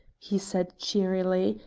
he said cheerily,